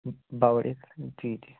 जी जी